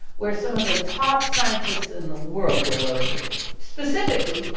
where some of the top scientists in the world were located. specifically,